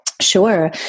Sure